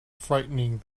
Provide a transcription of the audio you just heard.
frightening